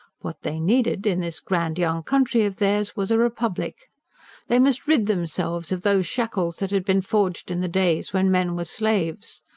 what they needed, in this grand young country of theirs, was a republic they must rid themselves of those shackles that had been forged in the days when men were slaves.